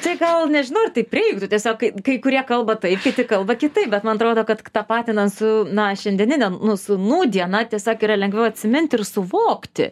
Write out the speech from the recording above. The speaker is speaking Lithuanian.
tai gal nežinau ar taip reiktų tiesiog kai kurie kalba taip kiti kalba kitaip bet man atrodo kad tapatinant su na šiandienine nu su nūdiena tiesiog yra lengviau atsimint ir suvokti